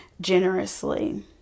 generously